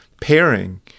pairing